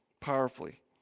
powerfully